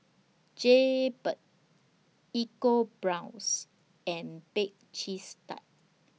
Jaybird EcoBrown's and Bake Cheese Tart